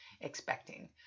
expecting